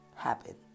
happen